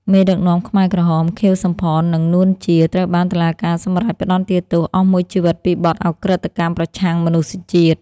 មេដឹកនាំខ្មែរក្រហម ខៀវ សំផន និង នួន ជា ត្រូវបានតុលាការសម្រេចផ្ដន្ទាទោសអស់មួយជីវិតពីបទឧក្រិដ្ឋកម្មប្រឆាំងមនុស្សជាតិ។